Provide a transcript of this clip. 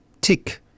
tick